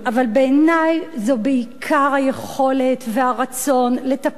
אבל בעיני זה בעיקר היכולת והרצון לטפל